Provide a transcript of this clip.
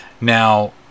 now